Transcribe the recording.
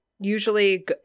usually